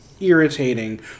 irritating